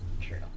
true